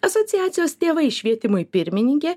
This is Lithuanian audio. asociacijos tėvai švietimui pirmininkė